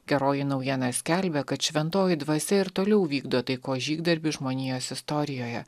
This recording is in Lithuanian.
geroji naujiena skelbia kad šventoji dvasia ir toliau vykdo taikos žygdarbį žmonijos istorijoje